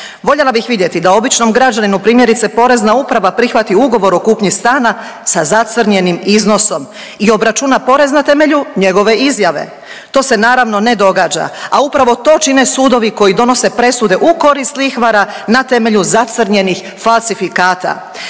Voljela bih vidjeti da običnom građaninu primjerice Porezna uprava prihvati ugovor o kupnji stana sa zacrnjenim iznosom i obračuna porez na temelju njegove izjave. To se naravno ne događa, a upravo to čine sudovi koji donose presude u korist lihvara na temelju zacrnjenih falsifikata.